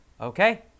Okay